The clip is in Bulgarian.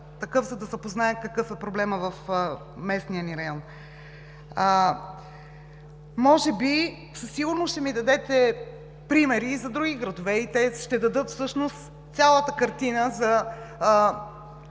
за да се познае какъв е проблемът в местния ни район. Може би със сигурност ще ми дадете примери и за други градове – те всъщност ще дадат цялата картина за